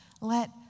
Let